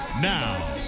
Now